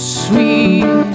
sweet